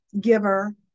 giver